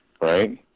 right